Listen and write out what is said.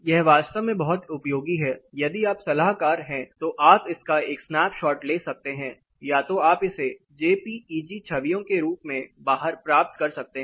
यह वास्तव में बहुत उपयोगी है यदि आप सलाहकार है तो आप इसका एक स्नैप शॉट ले सकते हैं या तो आप इसे JPEG छवियों के रूप में बाहर प्राप्त कर सकते हैं